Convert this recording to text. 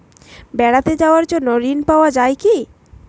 বেড়াতে যাওয়ার জন্য ঋণ পাওয়া যায় কি?